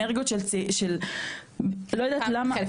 אנרגיות של לא יודעת למה.